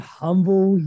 humble